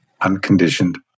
unconditioned